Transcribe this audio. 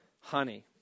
honey